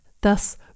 Thus